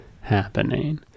happening